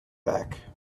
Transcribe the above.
back